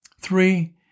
Three